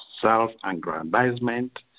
self-aggrandizement